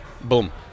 boom